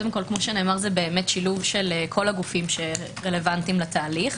כאמור זה שילוב של כל הגופים שרלוונטיים לתהליך.